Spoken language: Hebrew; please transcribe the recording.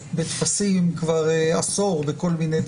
שדה בטפסים כבר עשור בכל מיני דברים.